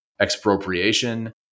expropriation